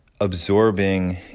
absorbing